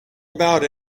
about